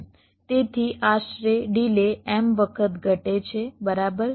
તેથી આશરે delay m વખત ઘટે છે બરાબર